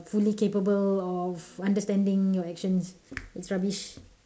fully capable of understanding your actions it's rubbish